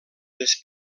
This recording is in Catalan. les